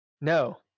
No